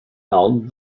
held